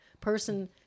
person